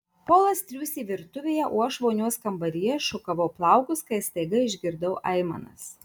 polas triūsė virtuvėje o aš vonios kambaryje šukavau plaukus kai staiga išgirdau aimanas